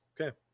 Okay